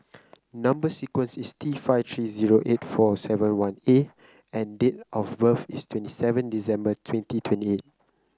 number sequence is T five three zero eight four seven one A and date of birth is twenty seven December twenty twenty eight